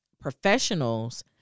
professionals